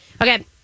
okay